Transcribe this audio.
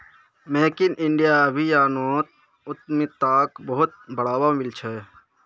make in India अभियानोत उद्यमिताक बहुत बढ़ावा मिल छ